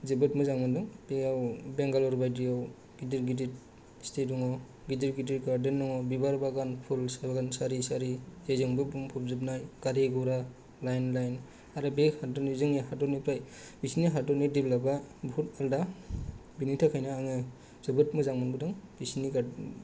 जोबोद मोजां मोनदों बेयाव बेंगालर बायदियाव गिदिर गिदिर सिटि दङ गिदिर गिदिर गार्देन दङ बिबार बागान फुल सागान सारि सारि जेजोंबो बुंफब जोबनाय गारि घरा लाइन लाइन आरो बे हादोरनिफ्राय जोंनि हादोरनिफ्राय बिसिनि हादोरनि डिवेलपा बहुत आलदा बिनि थाखायनो आङो जोबोद मोजां मोनबोदों बिसिनि